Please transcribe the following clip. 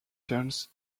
turns